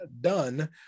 done